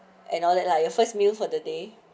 and all that lah your first meal for the day